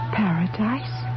paradise